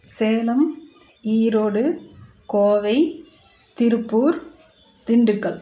Salem Erode Kovai Tiruppur Dindigul